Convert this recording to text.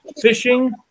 Fishing